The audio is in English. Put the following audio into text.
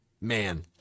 man